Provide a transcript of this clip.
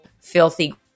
filthy